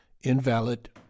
invalid